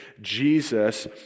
Jesus